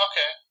Okay